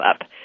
up